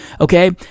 Okay